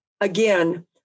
again